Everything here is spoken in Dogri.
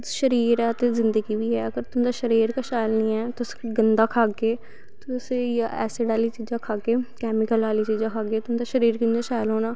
शरीर ऐ ते जिन्दगी बी ऐ अगर तुन्दा शरीर गै शैल नी ऐ तुस गंदा खाह्गे तुस इयै ऐसड आह्ली चीजां खाह्गे कैमिकल आह्ली चीजां खाह्गे तुंदा शरीर कियां शैल होना